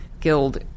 guild